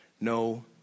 no